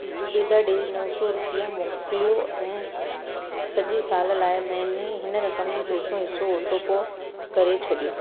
जुबैदा ॾे नौ सौ रुपिया मोकिलियो ऐं सॼे साल लाइ महीने हिन रक़म जो चौथो हिसो ऑटोपो करे छॾियो